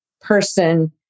person